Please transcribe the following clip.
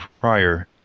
prior